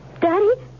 Daddy